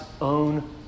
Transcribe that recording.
own